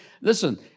Listen